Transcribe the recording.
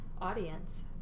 audience